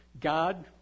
God